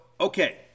okay